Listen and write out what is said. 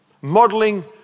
Modeling